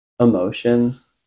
emotions